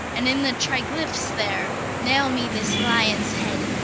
and in the triglyphs there nail me this lion's head,